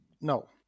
No